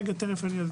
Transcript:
רגע, תיכף אני אסביר.